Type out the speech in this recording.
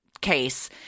case